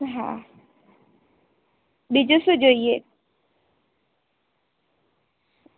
હા બીજું શું જોઈએ